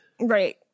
Right